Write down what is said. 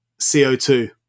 CO2